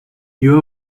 you